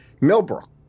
Millbrook